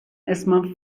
اسمم